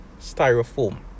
styrofoam